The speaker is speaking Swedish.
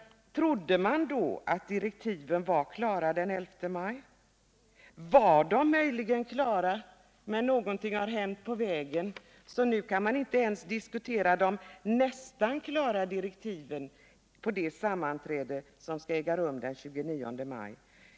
Trodde man den 11 maj att direktiven var klara? Var de möjligen klara och hände det sedan någonting på vägen så att man nu inte ens kan diskutera de nästan klara direktiven vid det sammanträde som skall äga rum den 29 maj?